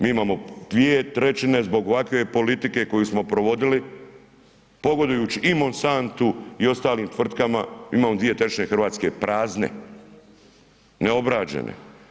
Mi imamo dvije trećine zbog ovakve politike koju smo provodili pogodujući i Monsantu i ostalim tvrtkama, imamo dvije trećine Hrvatske prazne, neobrađene.